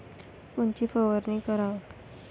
कोनची फवारणी कराव?